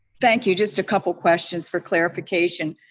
thank you, just a couple questions for clarification.